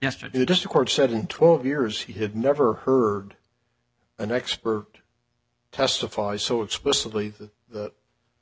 yesterday to just record setting twelve years he had never heard an expert testify so explicitly that